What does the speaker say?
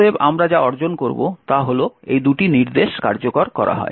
অতএব আমরা যা অর্জন করব তা হল এই দুটি নির্দেশ কার্যকর করা হয়